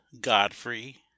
Godfrey